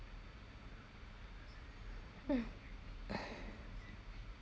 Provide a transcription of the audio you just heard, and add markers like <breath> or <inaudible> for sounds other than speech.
mm <breath>